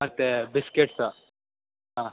ಮತ್ತು ಬಿಸ್ಕೇಟ್ಸ ಹಾಂ